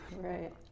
right